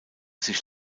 sich